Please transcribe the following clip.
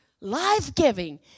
life-giving